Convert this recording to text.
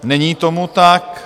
Není tomu tak.